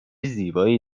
زیبایی